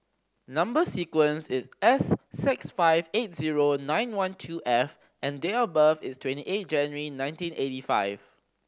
number sequence is S six five eight zero nine one two F and date of birth is twenty eight January nineteen eighty five